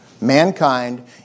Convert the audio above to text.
Mankind